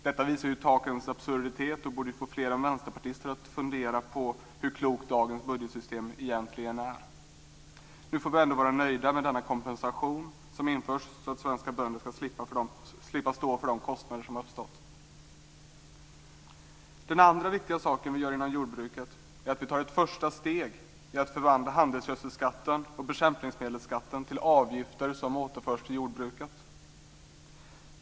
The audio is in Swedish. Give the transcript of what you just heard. Detta visar takens absurditet och borde få flera vänsterpartister att fundera på hur klokt dagens budgetsystem egentligen är. Nu får vi ändå vara nöjda med denna kompensation, som införs för att svenska bönder ska slippa stå för de kostnader som har uppstått. Den andra viktiga saken vi gör inom jordbruket är att vi tar ett första steg för att förvandla handelsgödselskatten och bekämpningsmedelsskatten till avgifter som återförs till jordbruket.